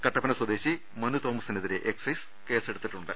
കട്ടപ്പന സ്വദേശി മനു തോമ സിനെതിരെ എക്സൈസ് കേസെടുത്തിട്ടുണ്ട്